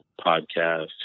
podcast